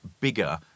bigger